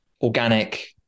organic